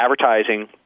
advertising